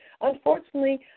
Unfortunately